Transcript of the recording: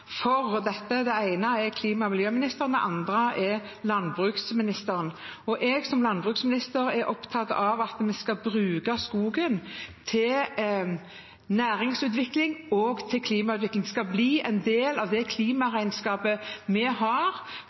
for dette. Den ene er klima- og miljøministeren, den andre er landbruksministeren. Jeg som landbruksminister er opptatt av at vi skal bruke skogen til næringsutvikling og til klimautvikling. Det skal bli en del av det klimaregnskapet vi har